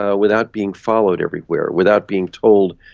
ah without being followed everywhere, without being told,